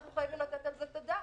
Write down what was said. אנחנו חייבים לתת על זה את הדעת.